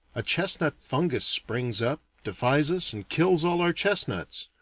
a chestnut fungus springs up, defies us, and kills all our chestnuts.